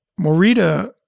Morita